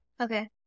Okay